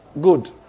Good